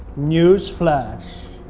news flash